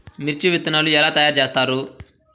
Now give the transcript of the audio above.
మిర్చి విత్తనాలు ఎలా తయారు చేస్తారు?